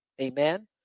Amen